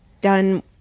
done